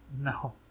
No